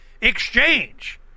exchange